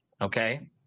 Okay